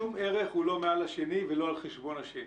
שום ערך הוא לא מעל השני ולא על חשבון השני.